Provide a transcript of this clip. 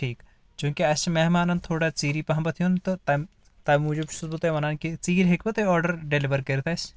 ٹھیٖک چونکہِ اسہِ چھِ مہمانن تھوڑا ژیٖری پہمت یُن تہٕ تم تمہِ موٗجوٗب چھُ بہٕ تۄہہِ ونان کہِ ژیٖرۍ ہیٚکۍوا تُہۍ آرڈر ڈیلور کٔرتھ اسہِ